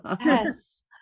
Yes